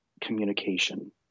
communication